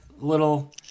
little